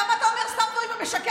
למה אתה אומר סתם דברים ומשקר?